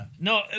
no